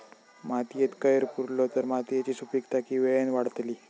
मातयेत कैर पुरलो तर मातयेची सुपीकता की वेळेन वाडतली?